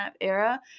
era